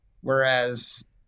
Whereas